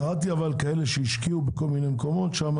אבל קראתי כאלה שהשקיעו בכל מיני מקומות שם